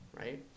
Right